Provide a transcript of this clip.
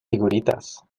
figuritas